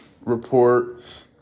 report